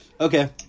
Okay